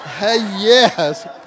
yes